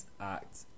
act